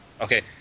Okay